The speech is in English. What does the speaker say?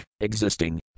existing